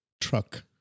truck